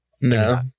No